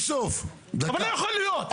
זה לא יכול להיות.